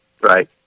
Right